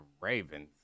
Ravens